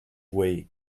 way